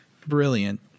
brilliant